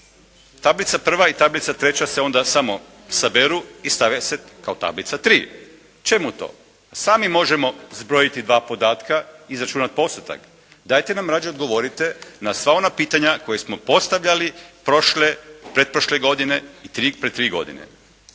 Tablica 1. i tablica 3. se onda samo saberu i stave se kao tablica 3. Čemu to? Sami možemo zbrojiti dva podatka i izračunati postotak. Dajte nam rađe odgovoriti na sva ona pitanja koje smo postavljali prošle i pretprošle godine i 3, pred 3 godine.